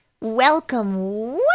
Welcome